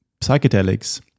psychedelics